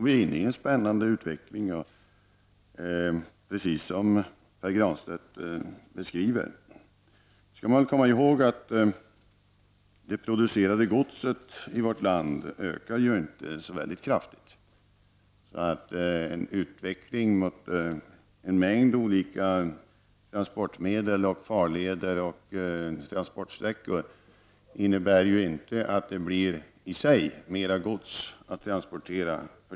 Vi är inne i en spännande utvecklingsperiod, precis som Pär Granstedt beskriver. Nu skall man komma ihåg att det producerade godset i vårt land inte ökar så väldigt kraftigt. En utveckling mot en mängd olika transportmedel, farleder och transportleder innebär inte i sig att det blir mer gods att transportera.